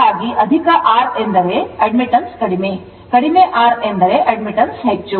ಹಾಗಾಗಿ ಅಧಿಕ R ಎಂದರೆ admittance ಕಡಿಮೆ ಕಡಿಮೆ R ಎಂದರೆ admittance ಹೆಚ್ಚು